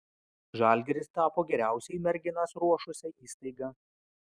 žalgiris tapo geriausiai merginas ruošusia įstaiga